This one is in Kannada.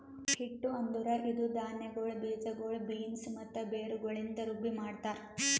ಹಿಟ್ಟು ಅಂದುರ್ ಇದು ಧಾನ್ಯಗೊಳ್, ಬೀಜಗೊಳ್, ಬೀನ್ಸ್ ಮತ್ತ ಬೇರುಗೊಳಿಂದ್ ರುಬ್ಬಿ ಮಾಡ್ತಾರ್